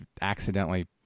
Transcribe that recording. accidentally